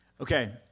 Okay